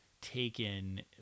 taken